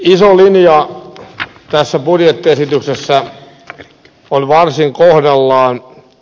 iso linja tässä budjettiesityksessä on varsin kohdallaan